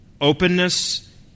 openness